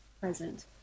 present